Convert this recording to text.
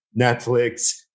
Netflix